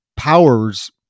powers